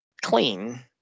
clean